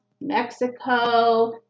Mexico